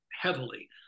heavily